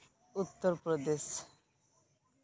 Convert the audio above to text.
Uttar Pradesh